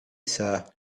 sir